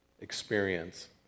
experience